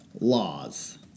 Laws